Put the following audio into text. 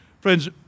Friends